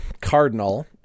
Cardinal